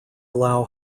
allow